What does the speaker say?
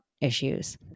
issues